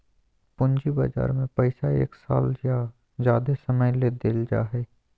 पूंजी बजार में पैसा एक साल या ज्यादे समय ले देल जाय हइ